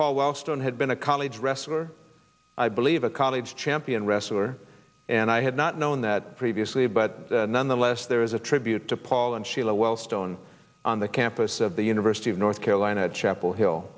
paul wellstone had been a college wrestler i believe a college champion wrestler and i had not known that previously but nonetheless there is a tribute to paul and sheila well stone on the campus of the university of north carolina chapel hill